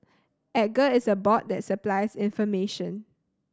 Edgar is a bot that supplies information